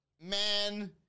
Man